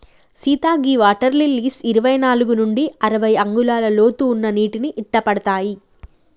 సీత గీ water lilies ఇరవై నాలుగు నుండి అరవై అంగుళాల లోతు ఉన్న నీటిని ఇట్టపడతాయి